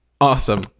Awesome